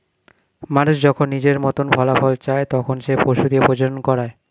মানুষ যখন নিজের মতন ফলাফল চায়, তখন সে পশু দিয়ে প্রজনন করায়